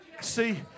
see